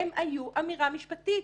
היו אמירה משפטית,